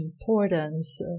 importance